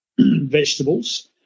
vegetables